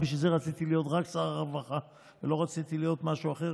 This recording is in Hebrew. בשביל זה רציתי להיות רק שר הרווחה ולא רציתי להיות משהו אחר.